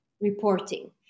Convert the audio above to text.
reporting